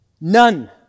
none